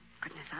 Goodness